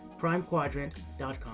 primequadrant.com